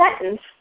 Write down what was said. sentence